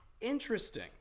Interesting